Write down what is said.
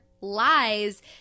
lies